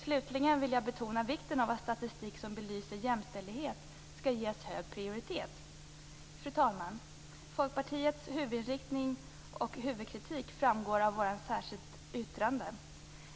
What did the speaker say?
Slutligen vill jag betona vikten av att statistik som belyser jämställdhet skall ges hög prioritet. Fru talman! Folkpartiets huvudinriktning och huvudkritik framgår av vårt särskilda yttrande.